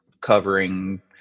covering